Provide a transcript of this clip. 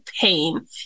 pain